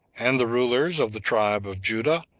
and the rulers of the tribe of judah,